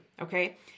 Okay